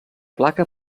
placa